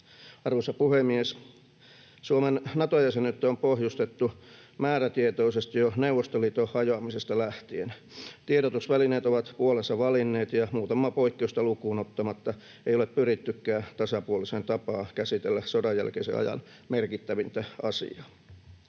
Arvoisa puhemies! Suomen Nato-jäsenyyttä on pohjustettu määrätietoisesti jo Neuvostoliiton hajoamisesta lähtien. Tiedotusvälineet ovat puolensa valinneet, ja muutamaa poikkeusta lukuun ottamatta ei ole pyrittykään tasapuoliseen tapaan käsitellä sodan jälkeisen ajan merkittävintä asiaa.